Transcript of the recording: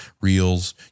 reels